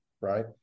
right